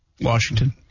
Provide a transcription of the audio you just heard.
Washington